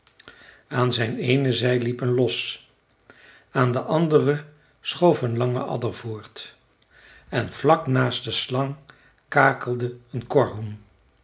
aan zijn eene zij liep een los aan de andere schoof een lange adder voort en vlak naast de slang kakelde een korhoen